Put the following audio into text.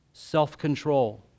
self-control